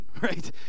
right